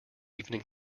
evening